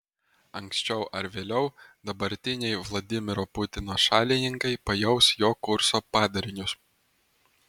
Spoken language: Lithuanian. anksčiau ar vėliau dabartiniai vladimiro putino šalininkai pajaus jo kurso padarinius